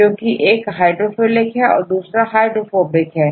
क्योंकि एक हाइड्रोफिलिक है और दूसरा हाइड्रोफोबिक है